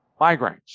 migraines